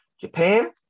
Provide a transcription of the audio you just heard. Japan